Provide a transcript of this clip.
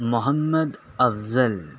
محمد افضل